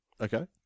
Okay